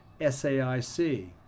SAIC